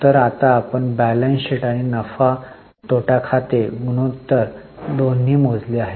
तर आता आपण बॅलन्स शीट आणि नफा तोटा खाते गुणोत्तर दोन्ही मोजले आहेत